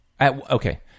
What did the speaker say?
Okay